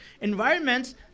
environments